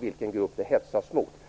vilken grupp som det hetsas mot.